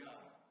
God